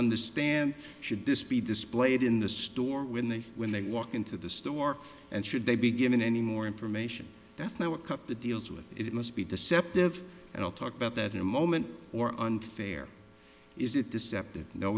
understand should this be displayed in the store when they when they walk into the store and should they be given any more information that's not what cut the deals with it must be deceptive and i'll talk about that in a moment or unfair is it deceptive no